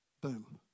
Boom